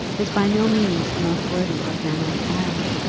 was by no means the most worthy old man in the parish.